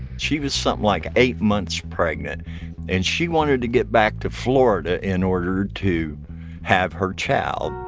she was something like eight months pregnant and she wanted to get back to florida in order to have her child.